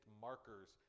markers